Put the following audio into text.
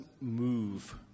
move